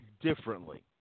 differently